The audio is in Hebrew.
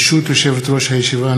ברשות יושבת-ראש הישיבה,